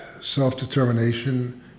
self-determination